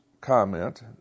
comment